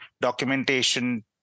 documentation